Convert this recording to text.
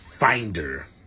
Finder